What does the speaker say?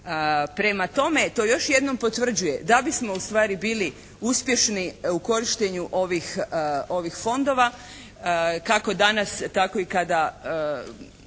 Prema tome, to još jednom potvrđuje da bismo ustvari bili uspješni u korištenju ovih fondova, kako danas tako i kada